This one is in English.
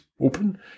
open